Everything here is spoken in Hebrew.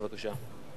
בבקשה.